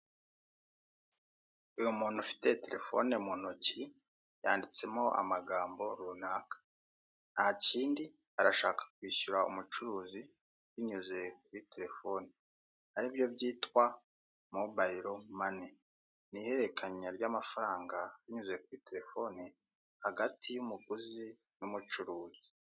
Uyu muntu ufite terefone mu intoki yanditsemo amagambo runaka, ikindi arashaka kwishyura umucuruzi binyuze kuri terefone aribyo byitwa mobayiro mani, n'ihererekanya ry'amafaranga binyuze kuri terefone hagati y'umuguzi n'umucuruzi.